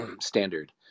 standard